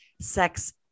sex